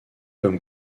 comme